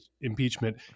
impeachment